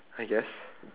I guess